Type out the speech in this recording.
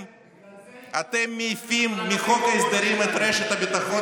ואתם מעיפים מחוק ההסדרים את רשת הביטחון